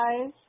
guys